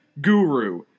guru